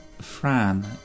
Fran